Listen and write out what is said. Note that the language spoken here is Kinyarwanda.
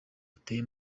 uteye